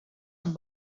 and